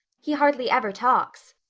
he hardly ever talks.